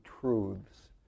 truths